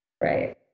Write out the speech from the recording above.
Right